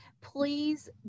please